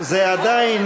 קבוצת סיעת יש עתיד,